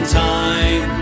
time